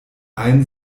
einen